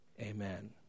Amen